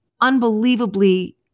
unbelievably